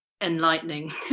enlightening